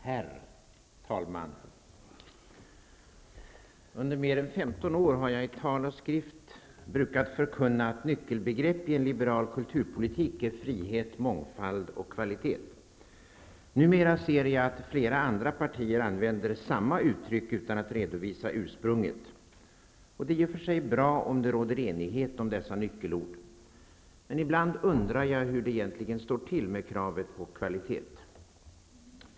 Herr talman! Under mer än 15 år har jag i tal och skrift brukat förkunna att nyckelbegrepp i en liberal kulturpolitik är frihet, mångfald och kvalitet. Numera ser jag att flera andra partier använder samma uttryck utan att redovisa ursprunget. Det är i och för sig bra om det råder enighet om dessa nyckelord. Men ibland undrar jag hur det egentligen står till med kravet på kvalitet.